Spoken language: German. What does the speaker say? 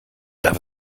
darf